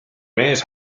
mees